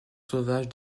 sauvages